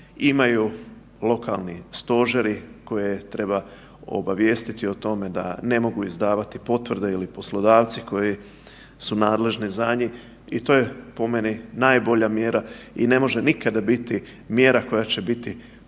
imaju lokalni stožeri koje treba obavijestiti o tome da ne mogu izdavati potvrde ili poslodavci koji su nadležni za njih i to je po meni najbolja mjera. I ne može nikada biti mjera koja će biti prejaka,